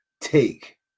take